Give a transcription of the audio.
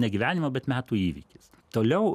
ne gyvenimo bet metų įvykis toliau